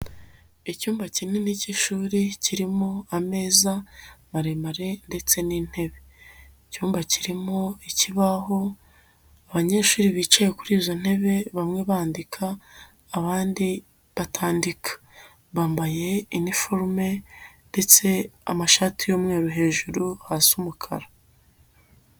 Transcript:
Icyumba kinini cy'ishuri kirimo ameza maremare ndetse n'intebe. Icyumba kirimo ikibaho abanyeshuri bicaye kuri izo ntebe bamwe bandika abandi batandika, bambaye iniforume ndetse amashati y'umweru hejuru hasi umukara.